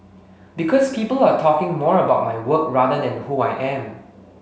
because people are talking more about my work rather than who I am